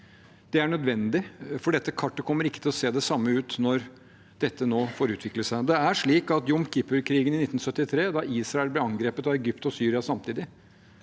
Det er nødvendig, for dette kartet kommer ikke til å se ut på samme vis når dette nå får utvikle seg. Jom kippur-krigen i 1973, da Israel ble angrepet av Egypt og Syria samtidig,